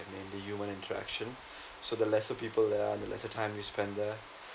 mainly human interaction so the lesser people they have the lesser time you spend there